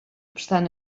obstant